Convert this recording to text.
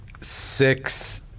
six